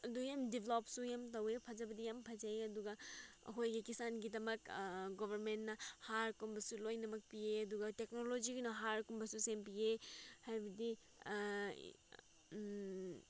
ꯑꯗꯨ ꯌꯥꯝ ꯗꯤꯕ꯭ꯂꯣꯞꯁꯨ ꯌꯥꯝ ꯇꯧꯋꯦ ꯐꯖꯕꯗꯤ ꯌꯥꯝ ꯐꯖꯩꯌꯦ ꯑꯗꯨꯒ ꯑꯩꯈꯣꯏꯒꯤ ꯀꯤꯁꯥꯟꯒꯤꯗꯃꯛ ꯒꯣꯕꯔꯃꯦꯟꯅ ꯍꯥꯔꯀꯨꯝꯕꯁꯨ ꯂꯣꯏꯅꯃꯛ ꯄꯤꯌꯦ ꯑꯗꯨꯒ ꯇꯦꯛꯅꯣꯂꯣꯖꯤꯒꯤꯅ ꯍꯥꯔꯒꯨꯝꯕꯁꯨ ꯁꯦꯝꯕꯤꯌꯦ ꯍꯥꯏꯕꯗꯤ